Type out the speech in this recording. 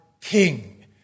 king